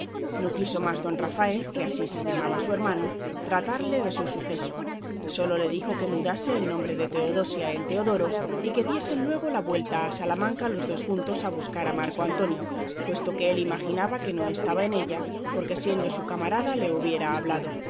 no quiso más don rafael que así se llamaba su hermano tratarle de su suceso sólo le dijo que mudase el nombre de teodosia en teodoro y que diesen luego la vuelta a salamanca los dos juntos a buscar a marco antonio puesto que él imaginaba que no estaba en ella porque siendo su camarada le hubiera hablado